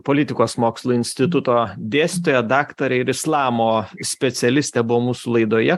politikos mokslų instituto dėstytoja daktarė ir islamo specialistė buvo mūsų laidoje